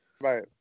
Right